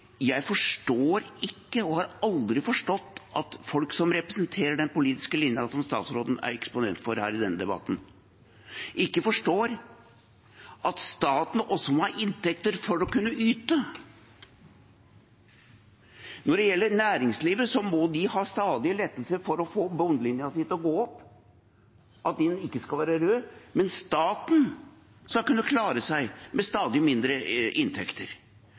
er eksponent for i denne debatten, ikke forstår at staten også må ha inntekter for å kunne yte. Når det gjelder næringslivet, må de ha stadige lettelser for å få bunnlinjen sin til å gå opp – for at den ikke skal være rød – men staten skal kunne klare seg med stadig mindre inntekter,